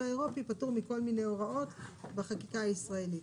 האירופי פטור מכל מיני הוראות בחקיקה הישראלית,